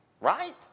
Right